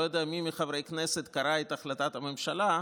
לא יודע מי מחברי הכנסת קרא את החלטת הממשלה.